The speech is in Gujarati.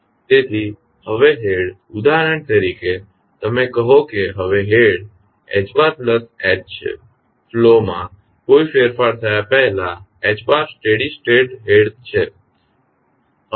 તેથી હવે હેડ ઉદાહરણ તરીકે તમે કહો કે હવે હેડ છે ફ્લો માં કોઈ ફેરફાર થયા પહેલા સ્ટેડી સ્ટેટ હેડ છે